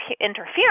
interference